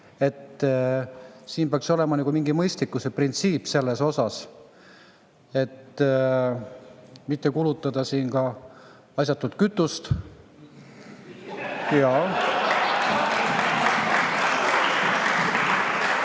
Siin peaks olema mingi mõistlikkuse printsiip selles osas, et mitte kulutada ka asjatult kütust. (Naer